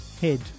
head